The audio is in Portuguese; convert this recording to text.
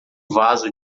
vaso